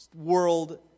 world